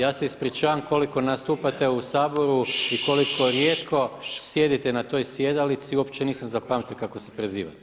Ja se ispričavam, koliko nastupate u Saboru i koliko rijetko sjedite na toj sjedalici uopće nisam zapamtio kako se prezivate.